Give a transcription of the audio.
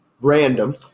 random